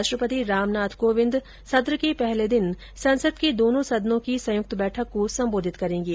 राष्ट्रपति रामनाथ कोविंद सत्र के पहले दिन संसद के दोनों सदनों की संयुक्त बैठक को संबोधित करेंगे